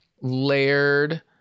layered